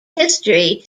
history